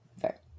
Fair